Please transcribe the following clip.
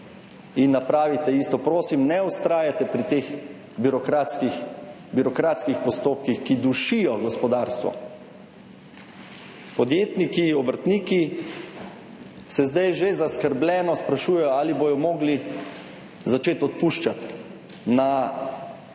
in napravite isto. Prosim, ne vztrajajte pri teh birokratskih postopkih, ki dušijo gospodarstvo. Podjetniki, obrtniki se zdaj že zaskrbljeno sprašujejo, ali bodo mogli začeti odpuščati. Na trgu